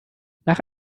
nach